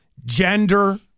Gender